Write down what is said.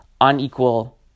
unequal